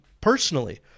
personally